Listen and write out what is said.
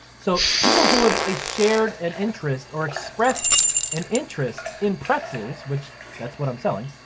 so people who have a shared, an interest, or expressed an interest in pretzels, which that's what i'm selling,